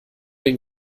den